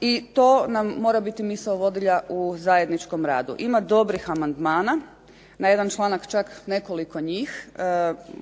i to nam mora biti misao vodilja u zajedničkom radu. Ima dobrih amandmana, na jedan članak čak nekoliko njih.